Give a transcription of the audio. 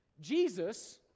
Jesus